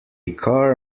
car